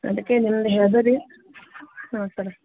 ಅದಕ್ಕೆ ನಿಮ್ದು ಹೇಳಿದರ್ರಿ ಹಾಂ ಸರ